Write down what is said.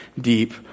deep